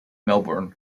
melbourne